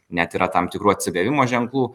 net yra tam tikrų atsigavimo ženklų